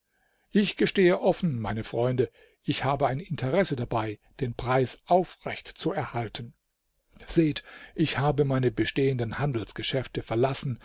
ich gestehe offen meine freunde ich habe ein interesse dabei den preis aufrecht zu erhalten seht ich habe meine bestehenden handelsgeschäfte verlassen